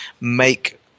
make